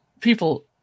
people